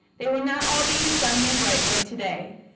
it will not all be sunny and bright like today.